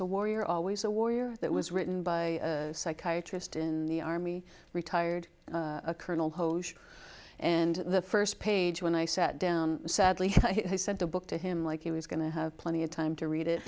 a warrior always a warrior that was written by a psychiatrist in the army retired colonel hoshi and the first page when i sat down sadly he said the book to him like he was going to have plenty of time to read it